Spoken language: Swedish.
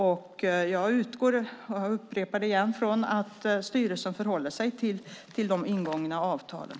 Jag utgår från, och jag upprepar det igen, att styrelsen förhåller sig till de ingångna avtalen.